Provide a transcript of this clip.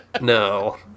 No